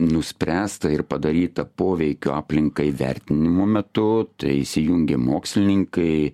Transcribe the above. nuspręsta ir padaryta poveikio aplinkai vertinimu metu tai įsijungė mokslininkai